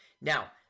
Now